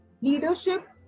leadership